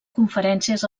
conferències